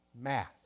math